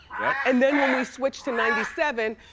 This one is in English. yup. and then when we switched to ninety seven,